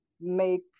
make